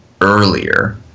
earlier